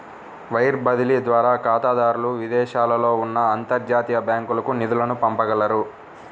wire బదిలీ ద్వారా ఖాతాదారులు విదేశాలలో ఉన్న అంతర్జాతీయ బ్యాంకులకు నిధులను పంపగలరు